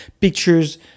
pictures